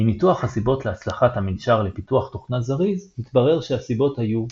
מניתוח הסיבות להצלחת המנשר לפיתוח תוכנה זריז התברר שהסיבות היו